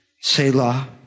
Selah